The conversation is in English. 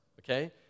okay